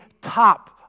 top